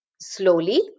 slowly